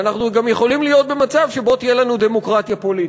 ואנחנו גם יכולים להיות במצב שבו תהיה לנו דמוקרטיה פוליטית,